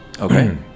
Okay